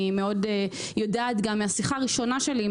אני יודעת גם מהשיחה הראשונה שלי עם